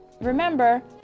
remember